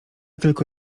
tylko